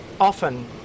often